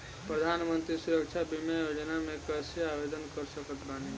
प्रधानमंत्री सुरक्षा बीमा योजना मे कैसे आवेदन कर सकत बानी?